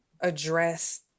address